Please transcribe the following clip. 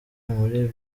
muri